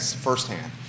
firsthand